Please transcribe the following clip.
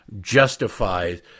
justifies